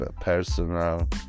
personal